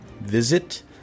visit